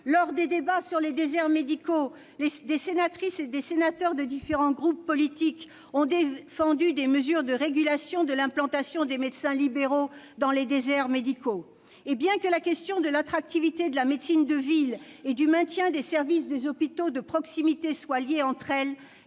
Lors des débats sur les déserts médicaux, des sénatrices et des sénateurs de différents groupes politiques ont défendu des mesures de régulation de l'implantation des médecins libéraux dans les déserts médicaux. Et bien que les questions de l'attractivité de la médecine de ville et du maintien des services des hôpitaux de proximité soient liées entre elles,